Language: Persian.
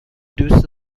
دوست